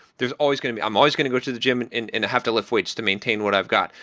there's always going to be i'm always going to go to the gym and and and have to lift weights to maintain what i've got.